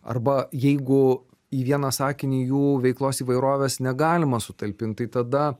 arba jeigu į vieną sakinį jų veiklos įvairovės negalima sutalpint tai tada